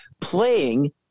playing